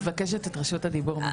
אני מבקשת את רשות הדיבור.